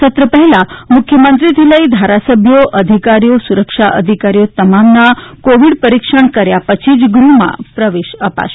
સત્ર પહેલા મુખ્યમંત્રી થી લઈ ધારાસભ્યો અધિકારીઓ સુરક્ષા અધિકારીઓ તમામના કોવિડ પરીક્ષણ કર્યા પછી જ ગૃહમાં પ્રવેશ અપાશે